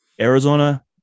Arizona